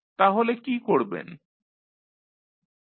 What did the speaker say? তাহলে কী করবেন